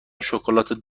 شکلات